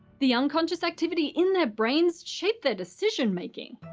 the unconscious activity in their brains shaped their decision making.